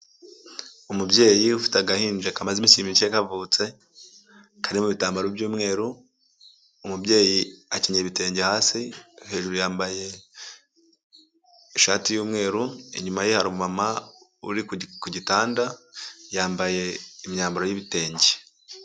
Umubyeyi ufite agahinja kamaze iminsi mike kavutse, kari mu bitambaro by'umweru, umubyeyi akenyeye ibitenge hasi, hejuru yambaye ishati y'umweru, inyuma ye hari umu mama uri ku gitanda, yambaye imyambaro y'ibitenge.